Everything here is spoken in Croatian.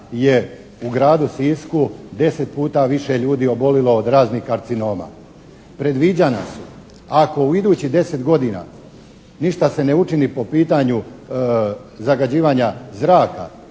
u Gradu Sisku 10 puta više ljudi obolilo od raznih karcinoma. Predviđanja su ako u idućih 10 godina ništa se ne učini po pitanju zagađivanja zraka